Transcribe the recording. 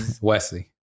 Wesley